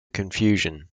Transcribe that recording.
confusion